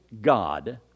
God